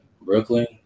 Brooklyn